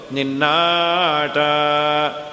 Ninata